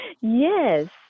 Yes